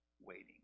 waiting